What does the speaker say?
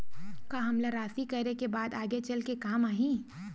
का हमला राशि करे के बाद आगे चल के काम आही?